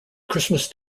christmas